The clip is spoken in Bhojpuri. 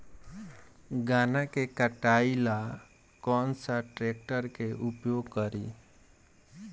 गन्ना के कटाई ला कौन सा ट्रैकटर के उपयोग करी?